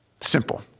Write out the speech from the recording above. Simple